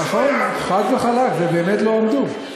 נכון, חד וחלק, ובאמת לא עמדו.